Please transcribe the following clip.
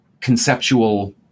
conceptual